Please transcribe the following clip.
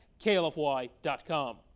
klfy.com